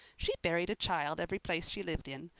she buried a child every place she lived in.